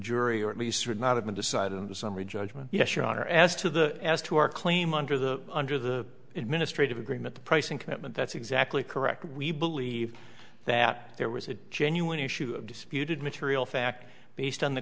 jury or at least would not have been decided in the summary judgment yes your honor as to the as to our claim under the under the administrate of agreement the pricing commitment that's exactly correct we believe that there was a genuine issue of disputed material fact based on the